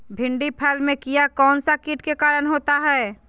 भिंडी फल में किया कौन सा किट के कारण होता है?